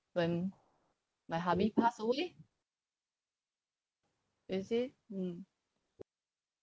when my hubby passed away you see mm